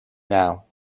now